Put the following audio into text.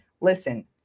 Listen